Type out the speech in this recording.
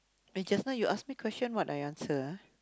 eh just now you ask me question what I answer ah